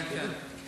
כן, כן.